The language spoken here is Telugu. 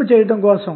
మరేమీ కాదు